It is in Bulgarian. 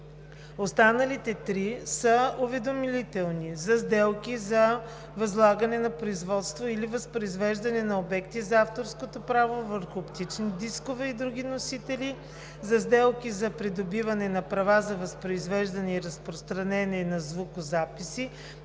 Останалите три са удостоверителни – за сделки за възлагане на производство или възпроизвеждане на обекти на авторското право върху оптични дискове и други носители; за сделки за придобиване на права за възпроизвеждане и разпространение на звукозаписи